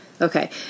okay